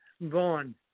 Vaughn